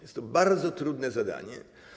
Jest to bardzo trudne zadanie.